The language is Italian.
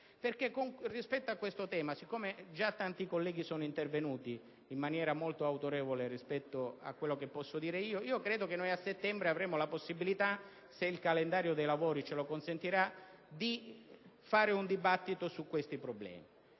Mezzogiorno. Su questo tema - e già tanti colleghi sono intervenuti in maniera molto autorevole rispetto a quello che posso dire io - credo che a settembre avremo la possibilità, se il calendario dei lavori ce lo consentirà, di svolgere un dibattito. Mi permetto